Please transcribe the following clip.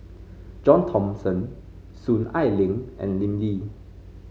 John Thomson Soon Ai Ling and Lim Lee